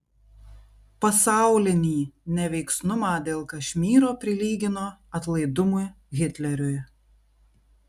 pasaulinį neveiksnumą dėl kašmyro prilygino atlaidumui hitleriui